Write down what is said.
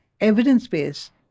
evidence-based